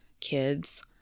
kids